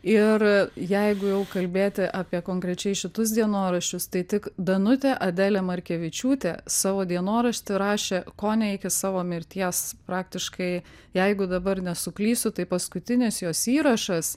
ir jeigu jau kalbėti apie konkrečiai šitus dienoraščius tai tik danutė adelė markevičiūtė savo dienoraštį rašė kone iki savo mirties praktiškai jeigu dabar nesuklysiu tai paskutinis jos įrašas